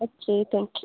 okay thank you